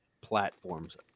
platforms